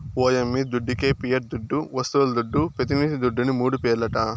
ఓ యమ్మీ దుడ్డికే పియట్ దుడ్డు, వస్తువుల దుడ్డు, పెతినిది దుడ్డుని మూడు పేర్లట